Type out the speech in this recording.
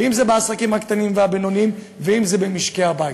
אם זה בעסקים הקטנים והבינוניים ואם זה במשקי-הבית.